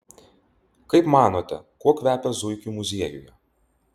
kaip manote kuo kvepia zuikių muziejuje